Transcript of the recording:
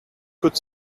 could